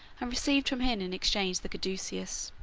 and received from him in exchange the caduceus.